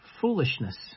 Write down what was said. foolishness